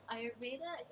Ayurveda